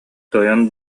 тойон